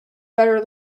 better